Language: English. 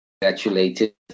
congratulated